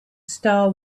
star